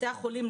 בתי החולים,